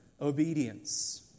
obedience